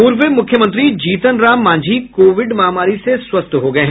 पूर्व मुख्यमंत्री जीतनराम मांझी कोविड महामारी से स्वस्थ हो गये हैं